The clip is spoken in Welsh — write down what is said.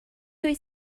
wyt